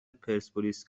پرسپولیس